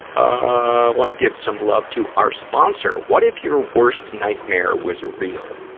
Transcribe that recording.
ah wanna give some love to our sponsor. what if your worst nightmare was real?